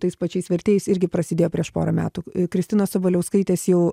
tais pačiais vertėjais irgi prasidėjo prieš porą metų kristinos sabaliauskaitės jau